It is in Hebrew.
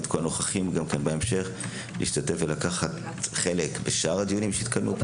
את כל הנוכחים לקחת חלק בשאר הדיונים שיתקיימו פה